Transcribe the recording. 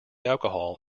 alcohol